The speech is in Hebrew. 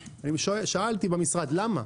שאלתי במשרד למה?